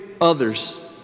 others